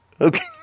Okay